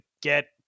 get